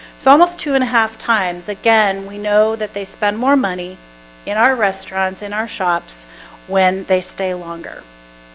so almost two and a half times again we know that they spend more money in our restaurants in our shops when they stay longer